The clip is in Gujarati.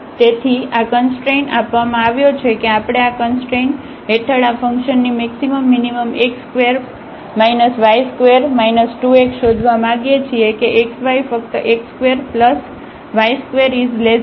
તેથી આ કંસટ્રેન આપવામાં આવ્યો છે કે આપણે આ કંસટ્રેન હેઠળ આ ફંક્શનની maximum minimum x2 y2 2x શોધવા માગીએ છીએ કે x y ફક્ત x2y21